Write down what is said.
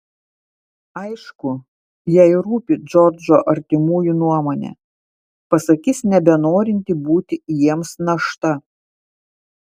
aišku jai rūpi džordžo artimųjų nuomonė pasakys nebenorinti būti jiems našta